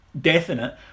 definite